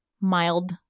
mild